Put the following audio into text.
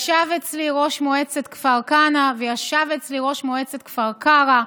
ישב אצלי ראש מועצת כפר כנא וישב אצלי ראש מועצת כפר קרע,